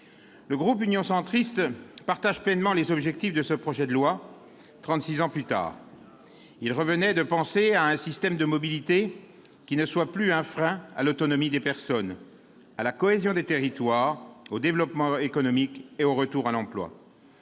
Le groupe Union Centriste partage pleinement les objectifs de ce projet de loi. Trente-six ans plus tard, il fallait de nouveau penser un système de mobilité qui ne soit plus un frein à l'autonomie des personnes, à la cohésion des territoires, au développement économique et au retour à l'emploi.